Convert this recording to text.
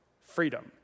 freedom